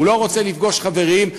הוא לא רוצה לפגוש חברים,